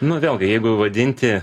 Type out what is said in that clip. nu vėlgi jeigu vadinti